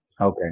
Okay